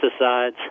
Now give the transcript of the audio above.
pesticides